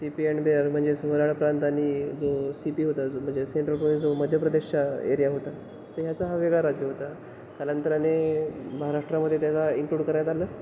C P and Berar म्हणजेच वऱ्हाड प्रांत आणि जो सी पी होता म्हणजे सेंट्रलमध्ये जो मध्यप्रदेशच्या एरिया होता त ह्याचा हा वेगळा राज्य होता कालांतराने महाराष्ट्रामध्ये त्याचा इन्क्लूड कराण्यात आलं